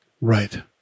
Right